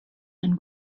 and